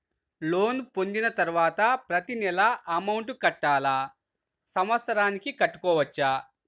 Loan పొందిన తరువాత ప్రతి నెల అమౌంట్ కట్టాలా? సంవత్సరానికి కట్టుకోవచ్చా?